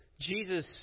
Jesus